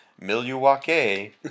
Milwaukee